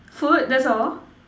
food that's all